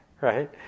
right